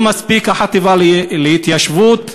לא מספיק החטיבה להתיישבות,